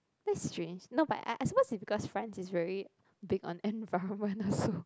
that's strange not but I I suppose is because France is very big on environment also